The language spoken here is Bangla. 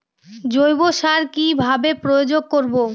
জৈব সার কি ভাবে প্রয়োগ করব?